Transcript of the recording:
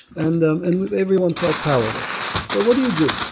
and um and everyone felt powerless so what do you do?